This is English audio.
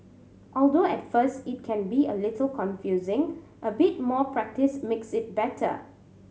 although at first it can be a little confusing a bit more practice makes it better